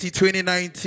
2019